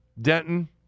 Denton